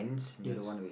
yes